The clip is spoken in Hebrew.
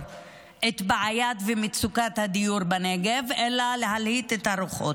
את בעיית ומצוקת הדיור בנגב אלא להלהיט את הרוחות.